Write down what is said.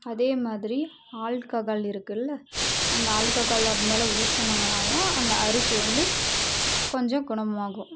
அதேமாதிரி ஆல்கஹால் இருக்குல்ல அந்த ஆல்கஹாலை அது மேலே ஊத்துனாங்கனாவும் அந்த அரிப்பு வந்து கொஞ்சம் குணமாகும்